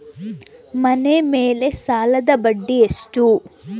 ಮನೆ ಮೇಲೆ ಸಾಲದ ಬಡ್ಡಿ ಎಷ್ಟು?